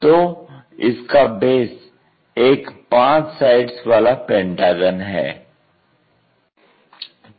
तो इसका बेस एक 5 साइड्स वाला पेंटागन है